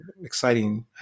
exciting